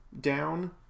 down